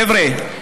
חבר'ה,